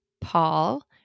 Paul